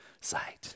sight